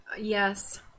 Yes